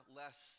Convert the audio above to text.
less